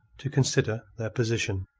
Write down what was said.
to consider their position.